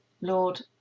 Lord